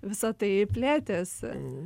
visa tai plėtėsi